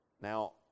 Now